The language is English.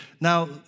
Now